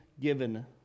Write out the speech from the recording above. given